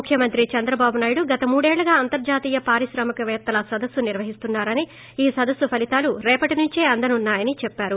ముఖ్యమంత్రి చంద్రబాబు నాయుడు గత మూడేళ్ళుగా అంతర్జాతీయ పారిశ్రామికపేత్తల సదస్సు నిర్వహిస్తున్నారని ఈ సదస్సు ఫలీతాలు రేపటి నుంచే అందనున్నా యని చెప్పారు